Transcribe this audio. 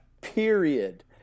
Period